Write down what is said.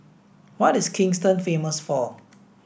what is Kingston famous for